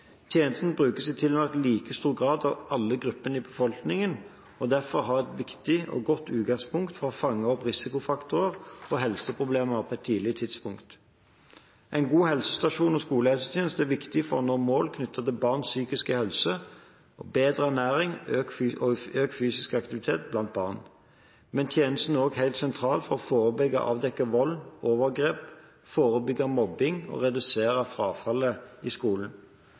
brukes i tilnærmet like stor grad av alle grupper i befolkningen og har derfor et godt og viktig utgangspunkt for å fange opp risikofaktorer og helseproblemer på et tidlig tidspunkt. En god helsestasjons- og skolehelsetjeneste er viktig for å nå mål knyttet til barns psykiske helse og for bedret ernæring og økt fysisk aktivitet blant barn. Men tjenesten er også helt sentral for å forebygge og avdekke vold og overgrep, forebygge mobbing og redusere frafallet i skolen.